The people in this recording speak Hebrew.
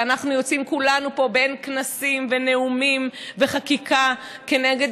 ואנחנו יוצאים כולנו פה בכנסים ונאומים וחקיקה נגד